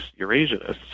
Eurasianists